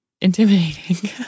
intimidating